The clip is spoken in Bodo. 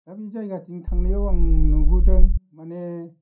दा बे जायगाथिं थांनायाव आं नुबोदों माने